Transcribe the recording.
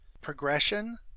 progression